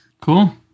Cool